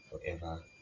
forever